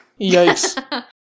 Yikes